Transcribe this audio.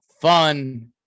fun